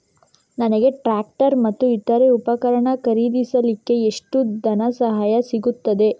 ನನಗೆ ಟ್ರ್ಯಾಕ್ಟರ್ ಮತ್ತು ಇತರ ಉಪಕರಣ ಖರೀದಿಸಲಿಕ್ಕೆ ಎಷ್ಟು ಧನಸಹಾಯ ಸಿಗುತ್ತದೆ?